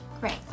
great